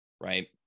right